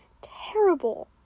terrible